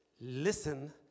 Listen